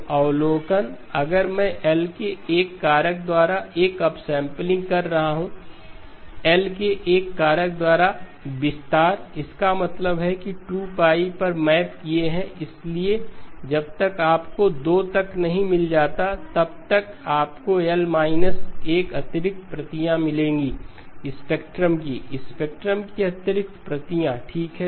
तो अवलोकन अगर मैं L के एक कारक द्वारा एक अपसेंपलिंग कर रहा हूं L के एक कारक द्वारा विस्तार इसका मतलब है कि 2 2L पर मैप किए गए हैं इसलिए जब तक आपको 2 तक नहीं मिल जाता हैं तब तक आपको L 1 अतिरिक्त प्रतियां मिलेंगी स्पेक्ट्रम की स्पेक्ट्रम की अतिरिक्त प्रतियां ठीक है